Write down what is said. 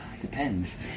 Depends